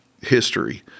history